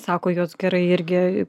sako juos gerai irgi